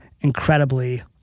incredibly